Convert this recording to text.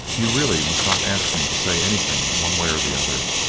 you really must not ask me to say anything one way or the other,